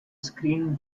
screen